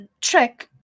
Trick